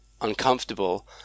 uncomfortable